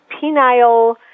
penile